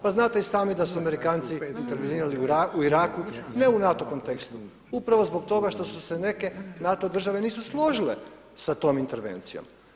Pa znate i sami da su Amerikanci intervenirali u Iraku, ne u NATO kontekstu, upravo zbog toga što su neke NATO države nisu složile sa tom intervencijom.